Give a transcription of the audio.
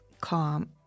calm